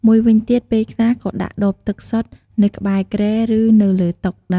មួយវិញទៀត ពេលខ្លះក៏ដាក់ដបទឹកសុទ្ធ នៅក្បែរគ្រែ ឬ នៅលើតុ ដើម្បីងាយស្រួលពេលភ្ញៀវស្រេកទឹកនៅពេលយប់។